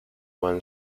when